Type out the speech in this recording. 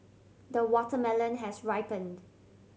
the watermelon has ripened